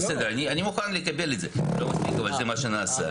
בסדר, אני מוכן לקבל את זה, אבל זה מה שנעשה.